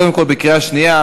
קודם כול בקריאה שנייה.